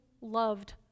loved